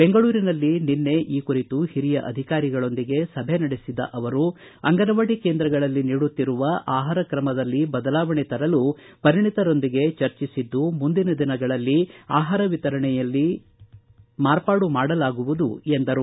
ಬೆಂಗಳೂರಿನಲ್ಲಿ ನಿನ್ನೆ ಈ ಕುರಿತು ಹಿರಿಯ ಅಧಿಕಾರಿಗಳೊಂದಿಗೆ ಸಭೆ ನಡೆಸಿದ ಅವರು ಅಂಗನವಾಡಿ ಕೇಂದ್ರಗಳಲ್ಲಿ ನೀಡುತ್ತಿರುವ ಆಹಾರ ಕ್ರಮದಲ್ಲಿ ಬದಲಾವಣೆ ತರಲು ಪರಿಣಿತರೊಂದಿಗೆ ಚರ್ಚಿಸಿದ್ದು ಮುಂದಿನ ದಿನಗಳಲ್ಲಿ ಆಹಾರ ವಿತರಣೆಯಲ್ಲಿ ಮಾರ್ಪಾಡು ಮಾಡಲಾಗುವುದು ಎಂದರು